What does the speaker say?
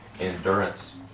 endurance